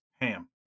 ham